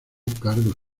cargos